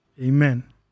Amen